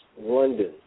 London